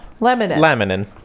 laminin